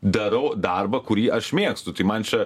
darau darbą kurį aš mėgstu tai man čia